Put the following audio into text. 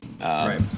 Right